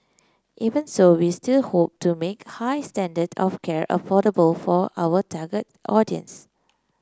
even so we still hope to make high standard of care affordable for our target audience